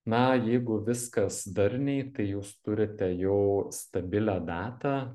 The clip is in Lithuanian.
na jeigu viskas darniai tai jūs turite jau stabilią datą